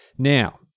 Now